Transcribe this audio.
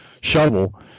shovel